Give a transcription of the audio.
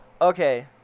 Okay